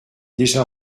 déjà